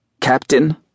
Captain